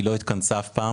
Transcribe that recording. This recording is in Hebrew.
רק שהיא לא התכנסה אף פעם